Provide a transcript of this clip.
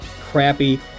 crappy